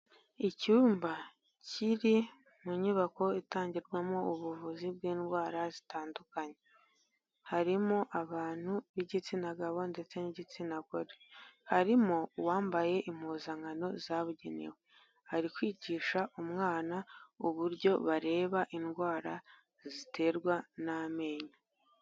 Icyumba kiri mu nyubako itangirwamo ubuvuzi bw'indwara zitandukanye. Harimo abantu b'igitsina gabo ndetse n'igitsina gore, harimo uwambaye impuzankano zabugenewe, ari kwigisha umwana uburyo bareba indwara ziterwa n'amenyo.